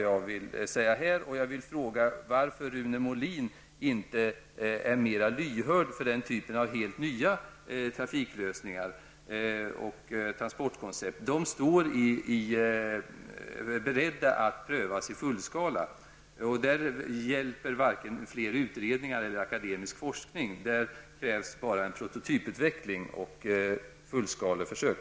Jag vill fråga varför Rune Molin inte är mer lyhörd för den typen av helt nya trafiklösningar och transportkoncept. De står beredda att prövas i fullskala. Där hjälper varken fler utredningar eller akademisk forskning -- där krävs bara en prototyputveckling och fullskaleförsök.